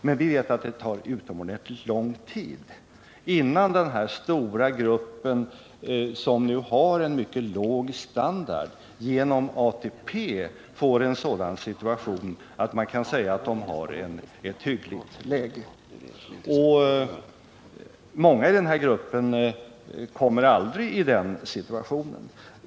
Men vi vet ju att det tar utomordentligt lång tid innan den här stora gruppen med en mycket låg standard genom ATP får en sådan situation att man kan säga att den är hygglig. Många i den här gruppen kommer aldrig i den situationen.